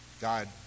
God